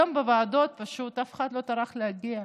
היום בוועדות אף אחד לא טרח להגיע.